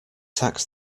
tax